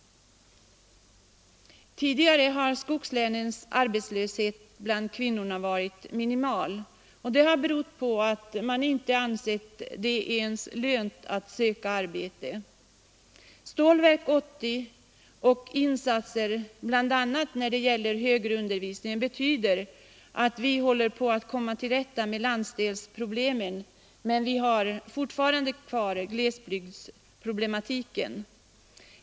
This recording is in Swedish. Tidigare har i skogslänen den registrerade arbetslösheten bland kvinnorna varit minimal. Det har berott på att kvinnorna inte ens ansett det lönt att söka arbete. Stålverk 80 och insatser bl.a. när det gäller den högre undervisningen betyder att landsdelsproblemet löses, men vi har fortfarande glesbygdsproblematiken kvar.